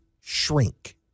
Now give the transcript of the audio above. shrink